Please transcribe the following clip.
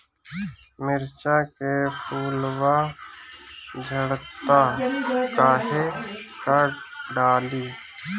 मिरचा के फुलवा झड़ता काहे का डाली?